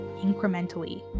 incrementally